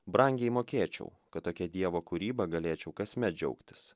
brangiai mokėčiau kad tokia dievo kūryba galėčiau kasmet džiaugtis